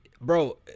bro